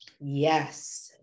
Yes